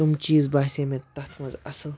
تم چیٖز باسے مےٚ تَتھ منٛز اَصٕل